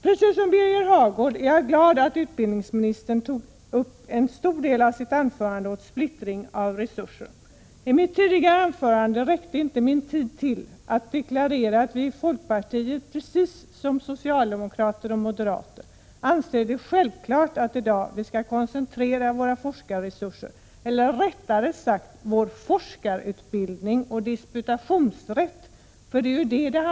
Precis som Birger Hagård är jag glad att utbildningsministern använde en stor del av sitt anförande åt att tala om splittringen av resurser. I mitt tidigare anförande räckte tiden inte till för att deklarera att vi i folkpartiet — precis som socialdemokrater och moderater — anser det självklart att vi i dag måste koncentrera våra forskarresurser, eller rättare sagt vår forskarutbildning och disputationsrätt.